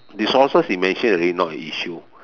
resources you mention already not an issue